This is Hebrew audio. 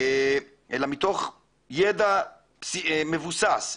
אלא מתוך ידע מבוסס,